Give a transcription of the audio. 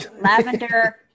Lavender